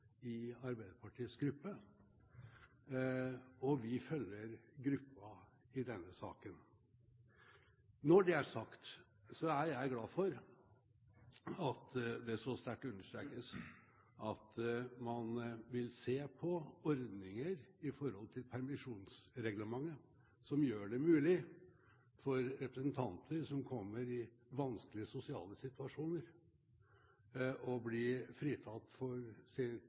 i Arbeiderpartiets gruppe, og vi følger gruppen i denne saken. Når det er sagt, er jeg glad for at det så sterkt understrekes at man vil se på ordninger i tilknytning til permisjonsreglementet som gjør det mulig for representanter som kommer i vanskelige sosiale situasjoner, å bli fritatt for